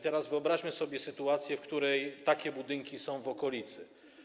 Teraz wyobraźmy sobie sytuację, w której takie budynki są w okolicy.